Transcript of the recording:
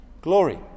Glory